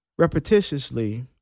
repetitiously